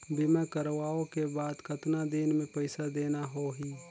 बीमा करवाओ के बाद कतना दिन मे पइसा देना हो ही?